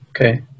okay